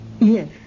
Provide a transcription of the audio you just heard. Yes